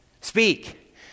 speak